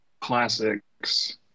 classics